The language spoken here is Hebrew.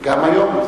גם היום.